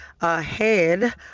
Ahead